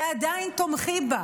ועדיין תומכים בה,